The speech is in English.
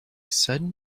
sudden